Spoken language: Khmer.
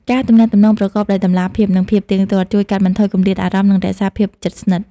ការទំនាក់ទំនងប្រកបដោយតម្លាភាព និងភាពទៀងទាត់ ជួយកាត់បន្ថយគម្លាតអារម្មណ៍ និងរក្សាភាពជិតស្និទ្ធ។